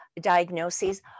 diagnoses